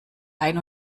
ein